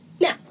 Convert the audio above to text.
Now